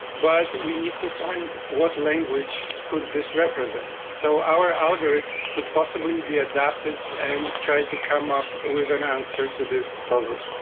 but we need to find what language could this represent. so our algorithm could possibly be adapted and try to come up with an answer to this puzzle.